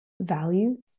values